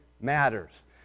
matters